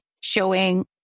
showing